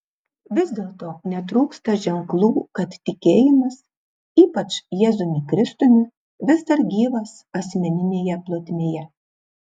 vis dėlto netrūksta ženklų kad tikėjimas ypač jėzumi kristumi vis dar gyvas asmeninėje plotmėje